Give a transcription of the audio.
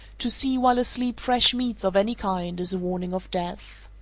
to see while asleep fresh meats of any kind is a warning of death.